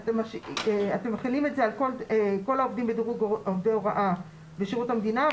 אתם מחילים את זה על כל העובדים בדירוג עובדי הוראה בשירות המדינה,